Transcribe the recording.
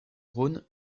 rhône